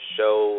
show